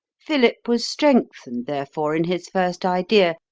philip was strengthened, therefore, in his first idea,